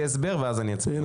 יהיה הסבר ואז אני אצביע.